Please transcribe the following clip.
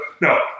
no